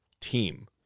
team